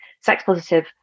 sex-positive